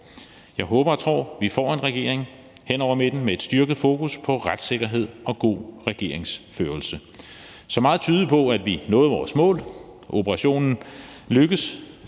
Jeg håber og tror, vi får en regering hen over midten med et styrket fokus på retssikkerhed og god regeringsførelse. Så meget tydede på, at vi nåede vores mål. Operationen lykkedes,